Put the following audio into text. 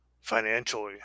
financially